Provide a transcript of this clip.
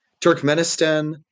Turkmenistan